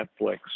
Netflix